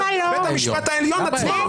בית המשפט העליון עצמו,